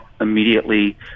immediately